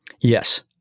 Yes